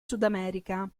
sudamerica